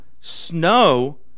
snow